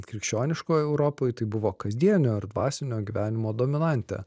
krikščioniškoj europoj tai buvo kasdienio ar dvasinio gyvenimo dominantė